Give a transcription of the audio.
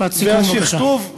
משפט סיכום, בבקשה.